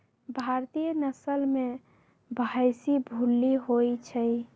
भारतीय नसल में भइशी भूल्ली होइ छइ